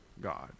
God